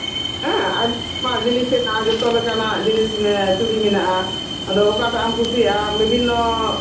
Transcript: ᱦᱮᱸ ᱟᱭᱢᱟ ᱡᱤᱱᱤᱥ ᱦᱮᱱᱟᱜᱼᱟ ᱡᱚᱛᱚ ᱞᱮᱠᱟᱱᱟᱜ ᱡᱤᱱᱤᱥ ᱜᱮ ᱪᱩᱲᱤ ᱢᱮᱱᱟᱜᱼᱟ ᱟᱫᱚ ᱚᱠᱟᱴᱟᱜ ᱮᱢ ᱠᱩᱥᱤᱭᱟᱜᱼᱟ ᱵᱤᱵᱷᱤᱱᱱᱚ